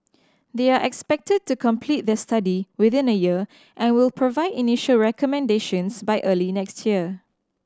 they are expected to complete their study within a year and will provide initial recommendations by early next year